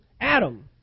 Adam